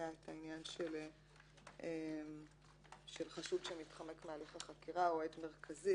היה העניין של חשוד שמתחמק מהליך החקירה או עד מרכזי.